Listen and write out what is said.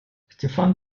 степан